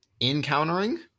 encountering